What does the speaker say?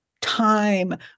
time